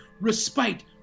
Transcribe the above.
respite